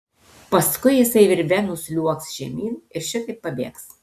paskui jisai virve nusliuogs žemyn ir šitaip pabėgs